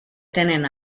tenen